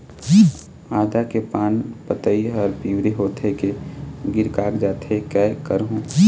आदा के पान पतई हर पिवरी होथे के गिर कागजात हे, कै करहूं?